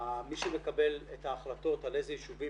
מי שמקבל את ההחלטות על איזה יישובים